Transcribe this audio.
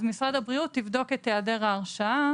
אז משרד הבריאות יבדוק את ההיעדר ההרשעה